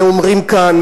אומרים כאן,